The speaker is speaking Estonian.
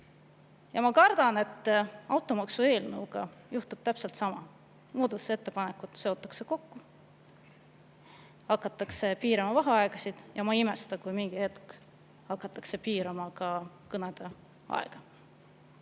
Ma kardan, et automaksu eelnõuga juhtub täpselt sama. Muudatusettepanekud seotakse kokku, hakatakse piirama vaheaegasid ja ma ei imesta, kui mingi hetk hakatakse piirama ka kõnede aega.